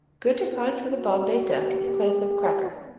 good to crunch with a bombay duck in place of a cracker.